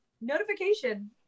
notification